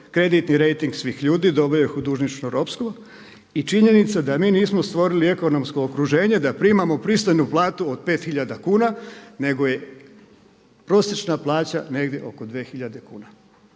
kreditni rejting svih ljudi, doveo ih u dužničko ropstvo i činjenica da mi nismo stvorili ekonomsko okruženje da primamo pristojnu platu od 5 hiljada kuna, nego je prosječna plaća negdje oko 2 hiljade kuna.